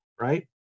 right